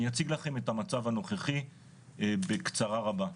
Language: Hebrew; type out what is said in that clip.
אני אציג לכם את המצב הנוכחי בקצרה רבה.